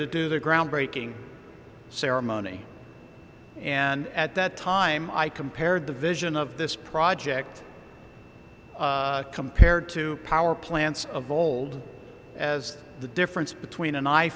to do the groundbreaking ceremony and at that time i compared the vision of this project compared to power plants of old as the difference between an